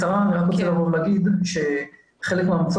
בקצרה אני רק רוצה לבוא ולהגיד שחלק מהמצוק